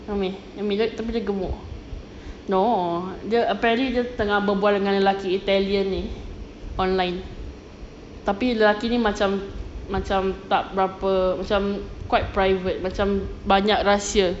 umi umi tapi dia gemuk no dia apparently dia tengah berbual dengan lelaki italian ni online tapi lelaki ni macam macam tak berapa macam quite private macam banyak rahsia